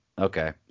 okay